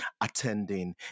attending